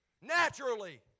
Naturally